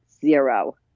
zero